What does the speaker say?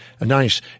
nice